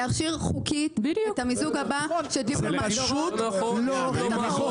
והיא מתחילה לחפש חברות בניו יורק שניתן לקנות,